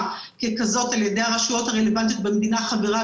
ככזאת על ידי הרשויות הרלוונטיות במדינה החברה